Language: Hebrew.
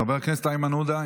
חבר הכנסת איימן עודה,